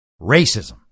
racism